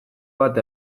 bat